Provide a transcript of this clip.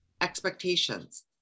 expectations